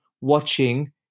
watching